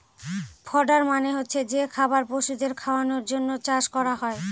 fodder মানে হচ্ছে যে খাবার পশুদের খাওয়ানোর জন্য চাষ করা হয়